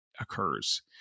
occurs